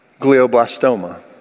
glioblastoma